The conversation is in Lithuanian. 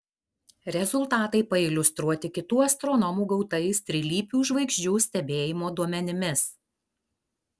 rezultatai pailiustruoti kitų astronomų gautais trilypių žvaigždžių stebėjimo duomenimis